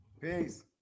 Peace